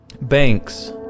Banks